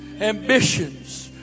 Ambitions